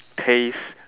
taste